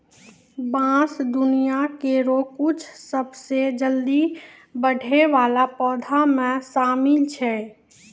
बांस दुनिया केरो कुछ सबसें जल्दी बढ़ै वाला पौधा म शामिल छै